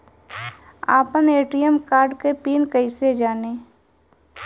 आपन ATM card के PIN कईसे जानी?